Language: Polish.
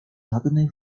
żadnej